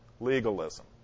Legalism